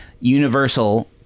Universal